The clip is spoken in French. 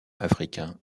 africain